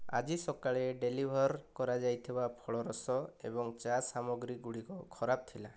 ଆଜି ସକାଳେ ଡେଲିଭର କରାଯାଇଥିବା ଫଳରସ ଏବଂ ଚା' ସାମଗ୍ରୀଗୁଡ଼ିକ ଖରାପ ଥିଲା